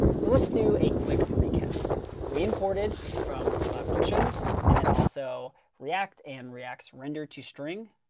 so let's do a quick recap. so we imported from cloud functions and then also react and react's render to string.